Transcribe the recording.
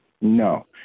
No